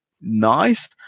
nice